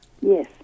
Yes